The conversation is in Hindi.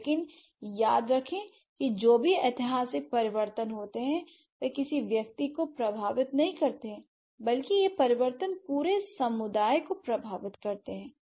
लेकिन याद रखें कि जो भी ऐतिहासिक परिवर्तन होते हैं वे किसी व्यक्ति को प्रभावित नहीं करते हैं बल्कि ये परिवर्तन पूरे समुदाय को प्रभावित करते हैं